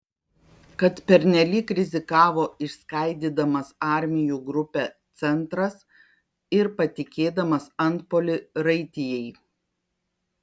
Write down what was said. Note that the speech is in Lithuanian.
kad pernelyg rizikavo išskaidydamas armijų grupę centras ir patikėdamas antpuolį raitijai